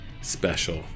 special